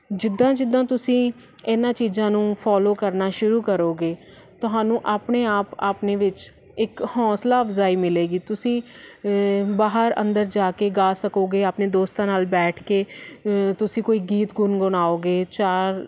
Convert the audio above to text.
ਜਿੱਦਾਂ ਜਿੱਦਾਂ ਤੁਸੀਂ ਇਹਨਾਂ ਚੀਜ਼ਾਂ ਨੂੰ ਫੋਲੋ ਕਰਨਾ ਸ਼ੁਰੂ ਕਰੋਗੇ ਤੁਹਾਨੂੰ ਆਪਣੇ ਆਪ ਆਪਣੇ ਵਿੱਚ ਇੱਕ ਹੌਸਲਾ ਅਫਜ਼ਾਈ ਮਿਲੇਗੀ ਤੁਸੀਂ ਬਾਹਰ ਅੰਦਰ ਜਾ ਕੇ ਗਾ ਸਕੋਗੇ ਆਪਣੇ ਦੋਸਤਾਂ ਨਾਲ ਬੈਠ ਕੇ ਤੁਸੀਂ ਕੋਈ ਗੀਤ ਗੁਣਗੁਣਾਓਂਗੇ ਚਾਰ